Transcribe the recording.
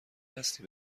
هستی